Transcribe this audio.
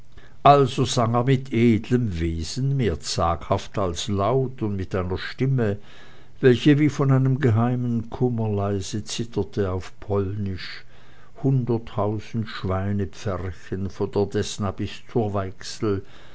also sang er mit edlem wesen mehr zaghaft als laut und mit einer stimme welche wie von einem geheimen kummer leise zitterte auf polnisch hunderttausend schweine pferchen von der desna bis zur weichsel